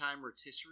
Rotisserie